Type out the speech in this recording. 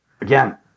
Again